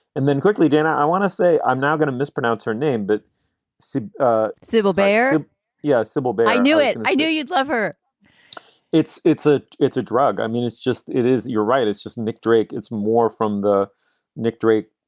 and then quickly, dana, i want to say i'm not going to mispronounce her name, but ah civil bear yeah, civil. but i knew it. and i knew you'd love her it's it's a it's a drug. i mean, it's just it is. you're right. it's just nick drake. it's more from the nick drake,